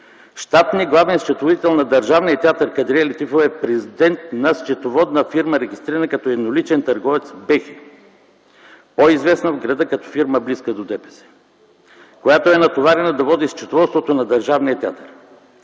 Щатният главен счетоводител на Държавния театър „Кадрие Лятифова” е президент на счетоводна фирма, регистрирана като едноличен търговец „Бехи”, по-известна в града като фирма, близка до ДПС, която е натоварена да води счетоводството на държавния театър.